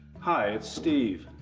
hi, it's steve.